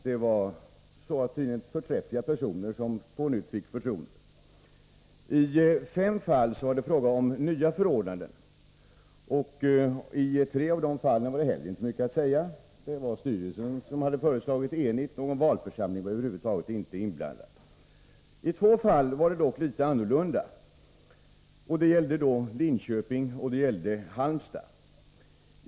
Det var tydligen förträffliga personer som på nytt fick förtroendet. I fem fall var det fråga om nya förordnanden, ochi tre av de fallen var heller Nr 21 inte mycket att säga. Styrelsen hade varit enig om förslaget, och någon Torsdagen den valförsamling var över huvud taget inte inblandad. I två fall var det dock litet — 10) november 1983 annorlunda, och det gällde Linköping och Halmstad.